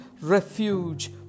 refuge